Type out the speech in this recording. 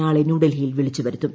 നാളെ ന്യൂഡൽഹിയിൽ വിളിച്ചു വരുത്തും